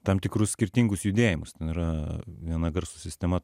tam tikrus skirtingus judėjimus ten yra viena garso sistema